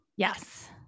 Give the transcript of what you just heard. Yes